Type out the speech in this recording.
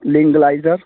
link glider